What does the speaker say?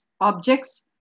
objects